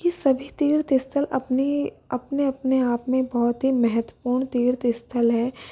ये सभी तीर्थ स्थल अपनी अपने अपने आप में बहुत ही महत्पूर्ण तीर्थ स्थल है